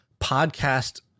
podcast